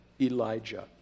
Elijah